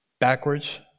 backwards